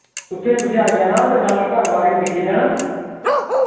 उत्थैं तुसैं आई जाना ते साढ़ा घर बार गी दिक्खी लैना